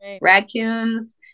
raccoons